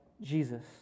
Jesus